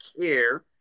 care